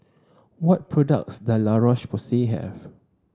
what products does La Roche Porsay have